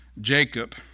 Jacob